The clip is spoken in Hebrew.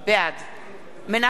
מנחם אליעזר מוזס,